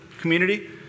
community